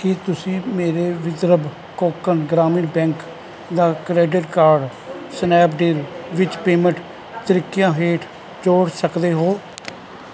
ਕੀ ਤੁਸੀਂਂ ਮੇਰੇ ਵਿਦਰਭ ਕੋਂਕਣ ਗ੍ਰਾਮੀਣ ਬੈਂਕ ਦਾ ਕਰੇਡਿਟ ਕਾਰਡ ਸਨੈਪਡੀਲ ਵਿੱਚ ਪੇਮੈਂਟ ਤਰੀਕਿਆਂ ਹੇਠ ਜੋੜ ਸਕਦੇ ਹੋ